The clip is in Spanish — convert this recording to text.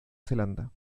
zelanda